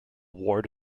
ward